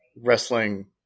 wrestling